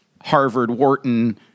Harvard-Wharton